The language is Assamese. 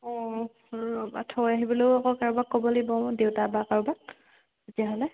অঁ ৰ'বা থৈ আহিবলৈও আকৌ কাৰোবাক ক'ব লাগিব মই দেউতা বা কাৰোবাক তেতিয়াহ'লে